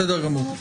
בסדר גמור.